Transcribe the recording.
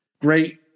great